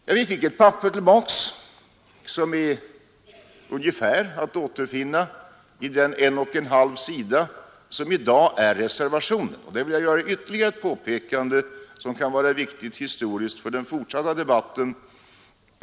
Ja, vi fick ett papper som innehöll ungefär det som i dag står i reservationen på en och en halv sida. Och där vill jag göra ytterligare ett påpekande som kan vara historiskt viktigt för den fortsatta debatten.